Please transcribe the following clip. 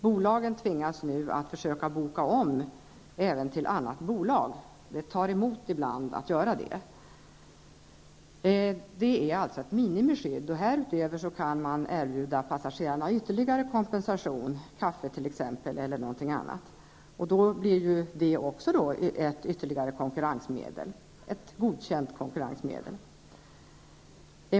Bolagen tvingas nu att försöka boka om även till andra bolag. Det tar emot ibland att göra det. Det är ett minimiskydd. Härutöver kan man erbjuda passagerarna ytterligare kompensation, t.ex. kaffe. Då blir det ytterligare ett godkänt konkurrensmedel.